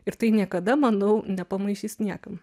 ir tai niekada manau nepamaišys niekam